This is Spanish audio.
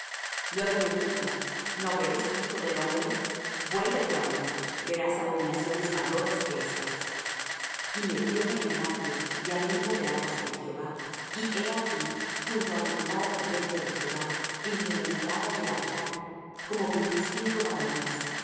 luego me dijo no ves hijo del hombre vuélvete aún verás abominaciones mayores que éstas y metióme en el atrio de adentro de la casa de jehová y he aquí junto á la entrada del templo de jehová entre la entrada y el altar como veinticinco varones